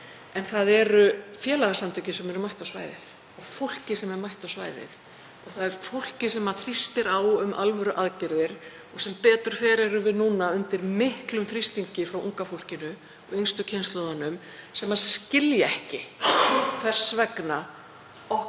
við þær eru félagasamtökin sem eru mætt á svæðið, fólkið sem er mætt á svæðið, það er fólkið sem þrýstir á um alvöruaðgerðir. Sem betur fer erum við núna undir miklum þrýstingi frá unga fólkinu og yngstu kynslóðunum, sem skilja ekki hvers vegna okkur